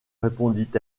répondit